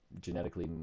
genetically